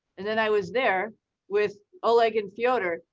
and then i was there with oleg and fyodor.